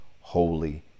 holy